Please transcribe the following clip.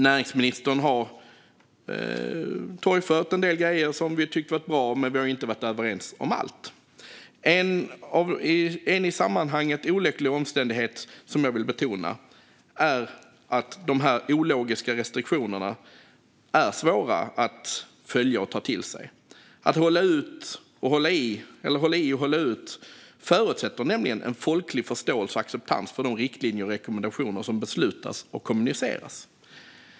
Näringsministern har torgfört en del grejer som vi tycker har varit bra, men vi har inte varit överens om allt. En i sammanhanget olycklig omständighet som jag vill betona är att de här ologiska restriktionerna är svåra att följa och ta till sig. Att hålla i och hålla ut förutsätter nämligen en folklig förståelse och acceptans för de riktlinjer och rekommendationer som beslutas och kommuniceras.